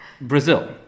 Brazil